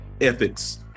ethics